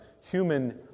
human